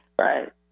right